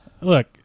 Look